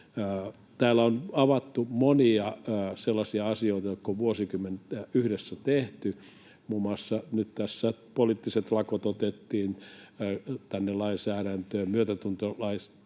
Täällä on avattu monia sellaisia asioita, joita on vuosikymmenet yhdessä tehty. Muun muassa nyt tässä poliittiset lakot otettiin tänne lainsäädäntöön, myötätuntotyötaisteluita